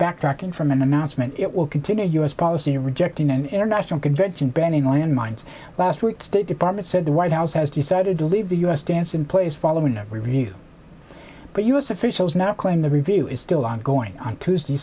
backtracking from an announcement it will continue u s policy rejecting an international convention banning land mines last week state department said the white house has decided to leave the u s stance in place following a review but u s officials now claim the review is still ongoing on tuesday